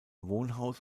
wohnhaus